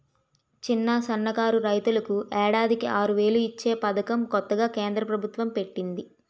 చిన్న, సన్నకారు రైతులకు ఏడాదికి ఆరువేలు ఇచ్చే పదకం కొత్తగా కేంద్ర ప్రబుత్వం పెట్టింది